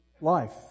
life